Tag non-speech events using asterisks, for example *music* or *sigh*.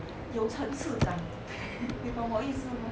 有层次感 *laughs* 你懂我意思吗